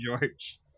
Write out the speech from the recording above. George